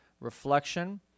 reflection